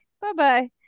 Bye-bye